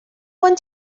one